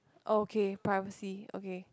okay privacy okay